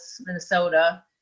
Minnesota